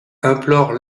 implore